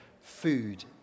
food